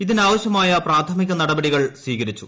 തിനാവശ്യമായ പ്രാഥമിക നടപടികൾ സ്വീകരിച്ചു